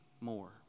more